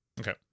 Okay